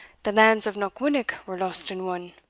the lands of knockwinnock were lost and won.